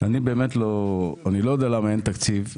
אני לא יודע למה אין תקציב.